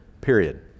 Period